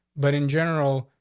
but in general,